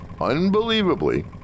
Unbelievably